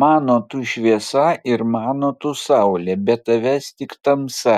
mano tu šviesa ir mano tu saulė be tavęs tik tamsa